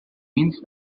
means